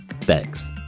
thanks